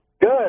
Good